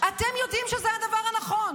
אתם יודעים שזה הדבר הנכון.